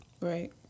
Right